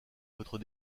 votre